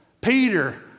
Peter